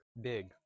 big